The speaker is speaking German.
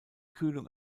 kühlung